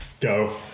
Go